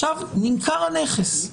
עכשיו נמכר הנכס,